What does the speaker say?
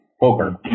poker